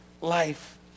life